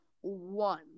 one